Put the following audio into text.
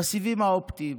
בסיבים האופטיים